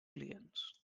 clients